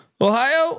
Ohio